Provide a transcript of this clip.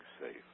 safe